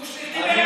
אוה.